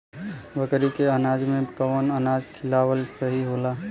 बकरी के अनाज में कवन अनाज खियावल सही होला?